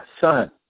son